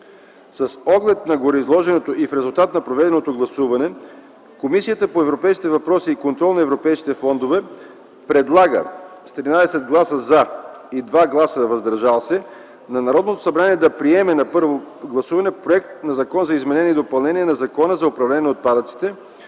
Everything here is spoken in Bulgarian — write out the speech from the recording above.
С оглед на гореизложеното и в резултат на проведеното гласуване Комисията по европейските въпроси и контрол на европейските фондове с 13 гласа „за” и 2 гласа „въздържали се” предлага на Народното събрание да приеме на първо гласуване Законопроект за изменение и допълнение на Закона за управление на отпадъците,